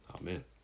Amen